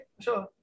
sure